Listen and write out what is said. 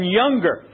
younger